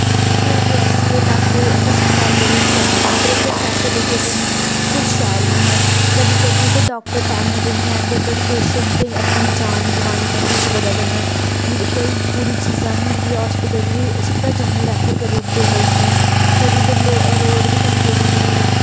साढ़े रेआसी दे लाके अस्पताल बड़े शैल न पर उत्थे फैसिलिटी बिलकुल शैल नेईं ऐ कदी कदी ते डाक्टर टैमै दे नी आंदे बट पेशेंटे गी अपनी जान गवानी पौंदी इस बजह कन्नै कोई पूरी चीज़ां नी होंदी अस्पताल च सिद्धा जम्मू रेफेर करी उड़दे लोकें गी कदी इद्धर लो रोड बी ढंगै दे नि ऐ